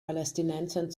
palästinensern